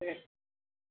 देह